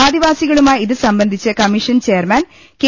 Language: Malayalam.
ആദിവാസികളുമായി ഇതു സംബ ന്ധിച്ച് കമ്മീ ഷൻ ചെയർമാൻ കെ